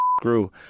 screw